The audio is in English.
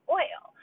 oil